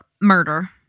Murder